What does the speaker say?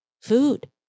food